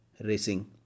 racing